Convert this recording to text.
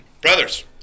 Brothers